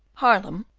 haarlem,